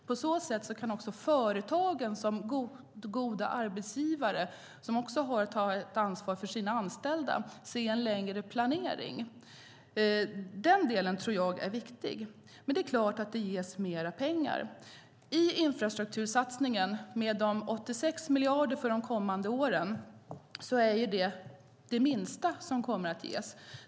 På så sätt kan också företagen som goda arbetsgivare - företagen har ju ett ansvar för sina anställda - ha en längre planering. Den delen tror jag är viktig. Det är klart att det ges mer pengar. I infrastruktursatsningen är de 86 miljarderna för de kommande åren det minsta som kommer att ges.